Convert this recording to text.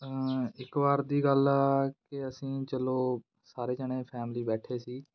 ਇੱਕ ਵਾਰ ਦੀ ਗੱਲ ਆ ਕਿ ਅਸੀਂ ਚਲੋ ਸਾਰੇ ਜਾਣੇ ਫੈਮਲੀ ਬੈਠੇ ਸੀ